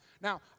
Now